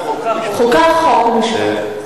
חוקה, חוק ומשפט.